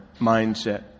mindset